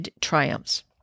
triumphs